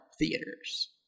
theaters